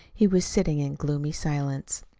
he was sitting in gloomy silence.